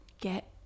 get